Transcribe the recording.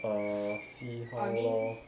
err see how lor